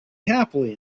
happily